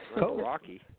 Rocky